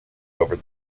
over